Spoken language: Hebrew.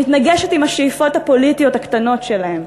מתנגשת עם השאיפות הפוליטיות הקטנות שלהם.